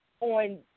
on